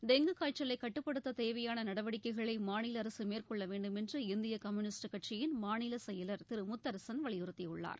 dengue காய்ச்சலை கட்டுப்படுத்த தேவையான நடவடிக்கைகளை மாநில அரசு மேற்கொள்ள வேண்டும் என்று இந்திய கம்யூனிஸ்ட் கட்சியின் மாநில செயலர் திரு முத்தரசன் வலியுறுத்தியுள்ளார்